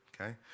Okay